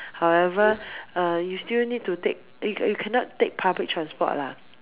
however uh you still need to take uh you cannot take public transport lah